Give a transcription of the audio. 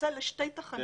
ולפצל לשתי תחנות,